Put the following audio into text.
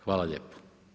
Hvala lijepo.